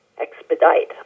expedite